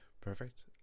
perfect